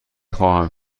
خواهم